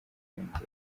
kwiyongera